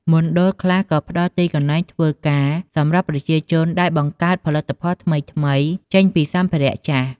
មណ្ឌលខ្លះក៏ផ្តល់ទីកន្លែងធ្វើការសម្រាប់ប្រជាជនដែលបង្កើតផលិតផលថ្មីៗចេញពីសម្ភារៈចាស់។